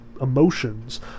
emotions